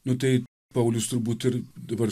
nu tai paulius turbūt ir dabar